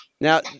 Now